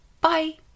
bye